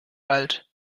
alt